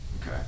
Okay